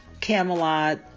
Camelot